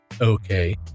okay